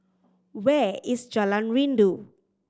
where is Jalan Rindu